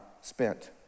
spent